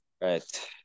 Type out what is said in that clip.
right